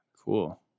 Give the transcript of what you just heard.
cool